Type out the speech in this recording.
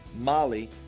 Mali